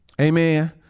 Amen